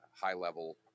high-level